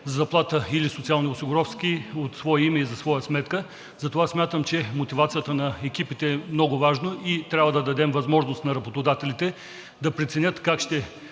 заплата или социални осигуровки от свое име и за своя сметка. Затова смятам, че мотивацията на екипите е много важна и трябва да дадем възможност на работодателите да преценят как ще